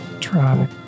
try